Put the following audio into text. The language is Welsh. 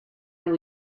nhw